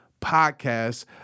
podcast